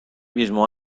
mismo